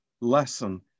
lesson